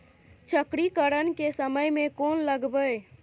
चक्रीकरन के समय में कोन लगबै?